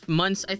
months